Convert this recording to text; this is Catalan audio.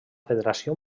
federació